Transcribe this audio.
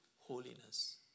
holiness